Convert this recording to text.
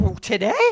today